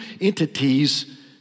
entities